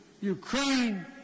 Ukraine